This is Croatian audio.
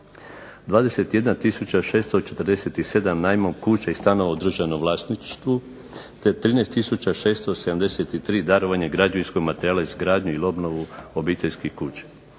21647 najmom kuća i stanova u državnom vlasništvu, te 13673 darovanje građevinskog materijala, izgradnju ili obnovu obiteljskih kuća.